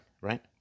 right